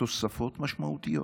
תוספות משמעותיות.